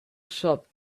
shop